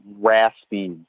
raspy